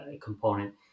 component